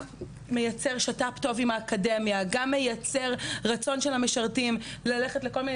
מייצר שת"פ טוב עם האקדמיה ורצון של המשרתים ללכת לכל מיני